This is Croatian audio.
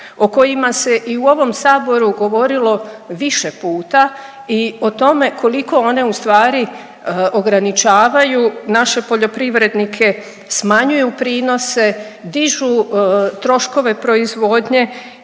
o kojima se i u ovom govorilo više puta i o tome koliko one ustvari ograničavaju naše poljoprivrednike, smanjuju prinose, dižu troškove proizvodnje